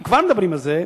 אם כבר מדברים על זה,